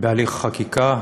בהליך חקיקה.